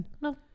No